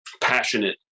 passionate